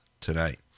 tonight